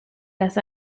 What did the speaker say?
las